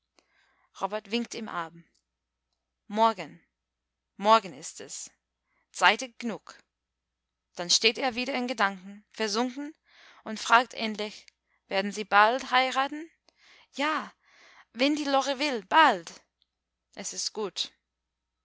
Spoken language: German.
robert winkt ihm ab morgen morgen ist es zeitig genug dann steht er wieder in gedanken versunken und fragt endlich werden sie bald heiraten ja wenn die lore will bald es ist gut